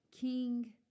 King